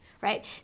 right